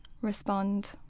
respond